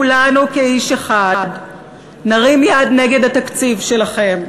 כולנו כאיש אחד נרים יד נגד התקציב שלכם,